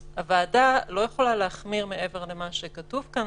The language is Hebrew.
כך שהוועדה לא יכולה להחמיר מעבר למה שכתוב כאן,